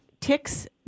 ticks